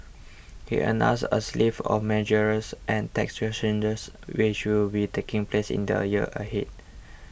he announced a of measures and tax changes which will be taking place in the year ahead